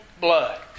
blood